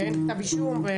ואין כתב אישום.